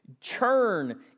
churn